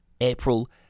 April